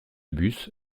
bus